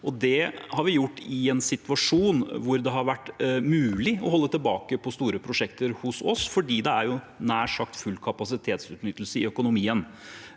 Det har vi gjort i en situasjon hvor det har vært mulig å holde tilbake på store prosjekter hos oss fordi det er nær sagt full kapasitetsutnyttelse i økonomien.